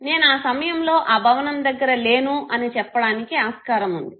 నేను ఆ సమయంలో ఆ భవనం దగ్గర లేను అని చెప్పడానికి ఆస్కారం ఉంది